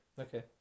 Okay